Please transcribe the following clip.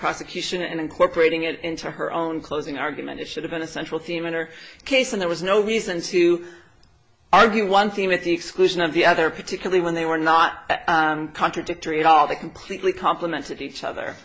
prosecution and incorporating it into her own closing argument it should have been a central theme in her case and there was no reason to argue one thing with the exclusion of the other particularly when they were not contradictory at all they completely complement each other